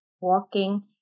walking